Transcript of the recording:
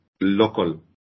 local